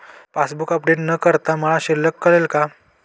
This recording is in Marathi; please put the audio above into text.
पासबूक अपडेट न करता मला शिल्लक कळेल का?